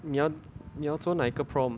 你要你要做哪一个 prompt